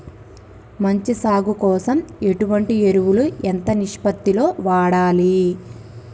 మంచి సాగు కోసం ఎటువంటి ఎరువులు ఎంత నిష్పత్తి లో వాడాలి?